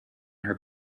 her